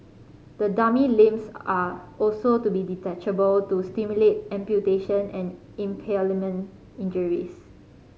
the dummy limbs are also to be detachable to simulate amputation and impalement injuries